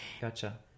Gotcha